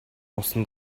усанд